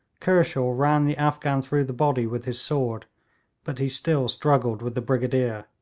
kershaw ran the afghan through the body with his sword but he still struggled with the brigadier.